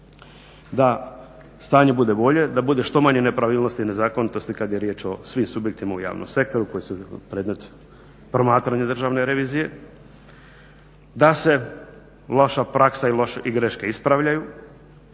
da stanje bude bolje, da bude što manje nepravilnosti i nezakonitosti kad je riječ o svim subjektima u javnom sektoru koji su predmet promatranja Državne revizije, da se loša praksa i greške ispravljaju,